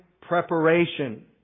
preparation